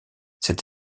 cette